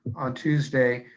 on tuesday,